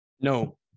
No